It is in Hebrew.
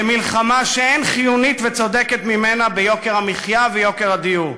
למלחמה שאין חיונית וצודקת ממנה ביוקר המחיה ויוקר הדיור.